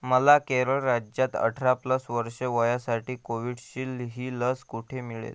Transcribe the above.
मला केरळ राज्यात अठरा प्लस वर्ष वयासाठी कोविशिल्ड ही लस कुठे मिळेल